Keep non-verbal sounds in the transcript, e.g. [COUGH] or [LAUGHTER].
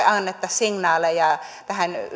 [UNINTELLIGIBLE] annettaisi signaaleja tähän